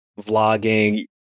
vlogging